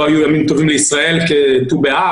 לא היו ימים טובים לישראל כט"ו באב,